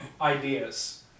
ideas